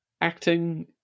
acting